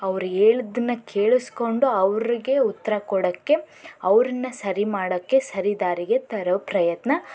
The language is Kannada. ಅವರು ಹೇಳಿದ್ದನ್ನು ಕೇಳಿಸ್ಕೊಂಡು ಅವರಿಗೆ ಉತ್ತರ ಕೊಡೋಕ್ಕೆ ಅವರನ್ನ ಸರಿ ಮಾಡೋಕ್ಕೆ ಸರಿ ದಾರಿಗೆ ತರೋ ಪ್ರಯತ್ನ